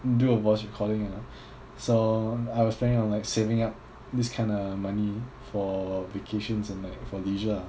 do a voice recording you know so I was planning on like saving up this kinda money for vacations and like for leisure ah